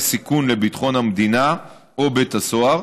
סיכון לביטחון המדינה או בית הסוהר,